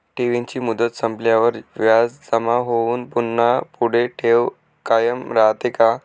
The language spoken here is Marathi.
ठेवीची मुदत संपल्यावर व्याज जमा होऊन पुन्हा पुढे ठेव कायम राहते का?